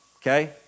Okay